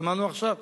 שמענו עכשיו.